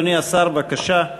אדוני השר, בבקשה.